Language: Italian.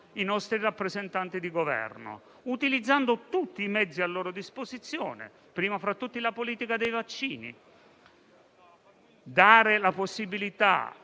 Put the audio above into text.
i nostri rappresentanti di Governo, utilizzando tutti i mezzi a loro disposizione, prima fra tutti la politica dei vaccini. Dare la possibilità